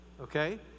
okay